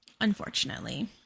unfortunately